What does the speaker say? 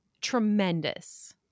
tremendous